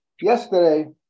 yesterday